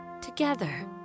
together